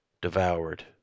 devoured